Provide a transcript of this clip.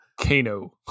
kano